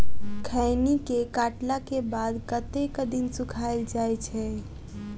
खैनी केँ काटला केँ बाद कतेक दिन सुखाइल जाय छैय?